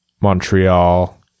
Montreal